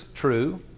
true